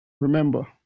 Remember